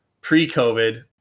pre-covid